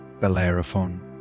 Bellerophon